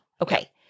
Okay